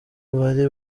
bari